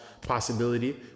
possibility